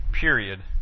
period